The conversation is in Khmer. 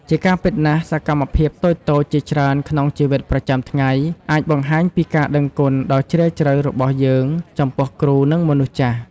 ជាការពិតណាស់ សកម្មភាពតូចៗ ជាច្រើនក្នុងជីវិតប្រចាំថ្ងៃអាចបង្ហាញពីការដឹងគុណដ៏ជ្រាលជ្រៅរបស់យើងចំពោះគ្រូ និងមនុស្សចាស់។